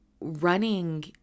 running